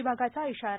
विभागाचा इशारा